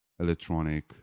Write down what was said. electronic